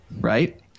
Right